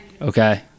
Okay